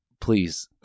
please